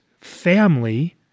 family